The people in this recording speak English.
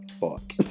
fuck